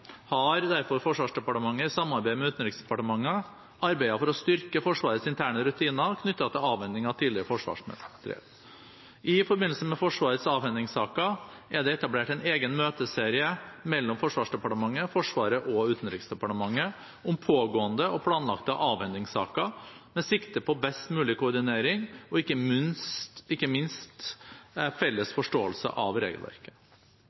har derfor Forsvarsdepartementet i samarbeid med Utenriksdepartementet arbeidet for å styrke Forsvarets interne rutiner knyttet til avhending av tidligere forsvarsmateriell. I forbindelse med Forsvarets avhendingssaker er det etablert en egen møteserie mellom Forsvarsdepartementet, Forsvaret og Utenriksdepartementet om pågående og planlagte avhendingssaker med sikte på best mulig koordinering, og ikke minst felles forståelse av regelverket.